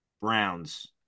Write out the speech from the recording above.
Browns